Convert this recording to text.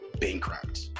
bankrupt